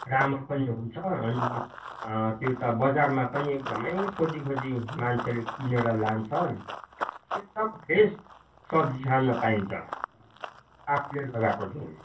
राम्रो पनि हुन्छ अनि त्यो त बजारमा पनि एकदमै खोजी खोजी मान्छेले किनेर लान्छ एकदम फ्रेस सब्जी खान पाइन्छ आफूले लगाएको चाहिँ